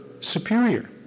superior